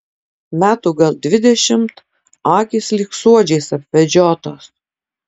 metų gal dvidešimt akys lyg suodžiais apvedžiotos